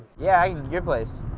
yeah, your place.